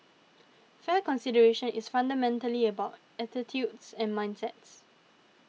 fair consideration is fundamentally about attitudes and mindsets